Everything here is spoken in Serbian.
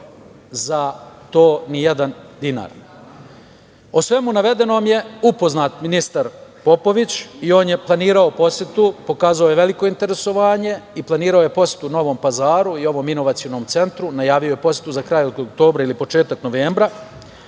za to nijedan dinar.O svemu navedenom je upoznat ministar Popović i on je planirao posetu, pokazao je veliko interesovanje i planirao je posetu Novom Pazaru i ovom inovacionom centru. Najavio je posetu za kraj oktobra ili početak novembra